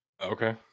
Okay